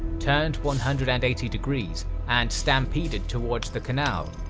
turned one hundred and eighty degrees and stampeded towards the canal,